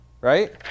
right